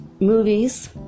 movies